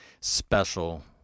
special